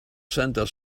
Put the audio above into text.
center